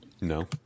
No